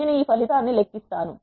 నేను ఈ ఫలితాన్ని లెక్కిస్తాను